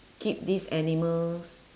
keep these animals